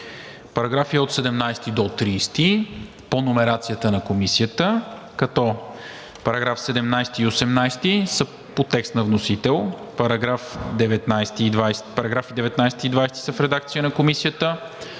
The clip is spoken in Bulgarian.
параграфи от 17 до 30 по номерацията на Комисията, като § 17 и § 18 са по текст на вносител; § 19 и § 20 са в редакция на Комисията;